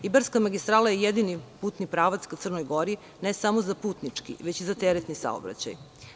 Ibarska magistrala je jedini putni pravac ka Crnoj Gori, ne samo za putnički, već i za teretni saobraćaj.